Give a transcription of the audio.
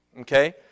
okay